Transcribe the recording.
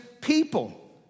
people